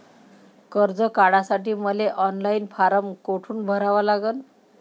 कर्ज काढासाठी मले ऑनलाईन फारम कोठून भरावा लागन?